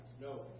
No